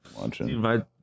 watching